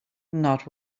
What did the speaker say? not